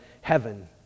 heaven